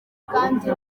kandi